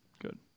Good